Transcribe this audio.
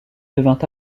devint